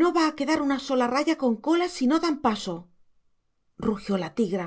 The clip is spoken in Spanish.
no va a quedar una sola raya con cola si no dan paso rugió la tigra